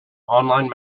online